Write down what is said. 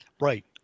Right